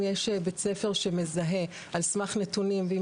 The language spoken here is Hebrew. אם יש בית ספר שמזהה על סמך נתונים ואם